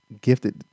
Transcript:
gifted